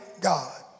God